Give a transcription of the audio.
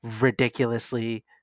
ridiculously